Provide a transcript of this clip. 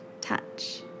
touch